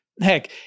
Heck